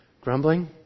grumbling